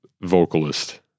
vocalist